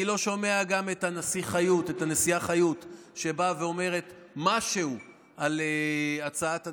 אני לא שומע גם את הנשיאה חיות באה ואומרת משהו על הצעת הנשיא.